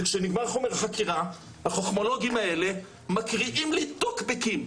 וכשנגמר חומר החקירה החכמולוגים האלה מקריאים לי טוקבקים,